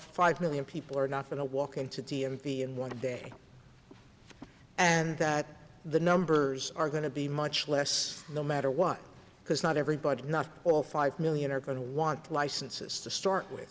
five million people are not going to walk into d m v in one day and that the numbers are going to be much less no matter what because not everybody not all five million are going to want licenses to start with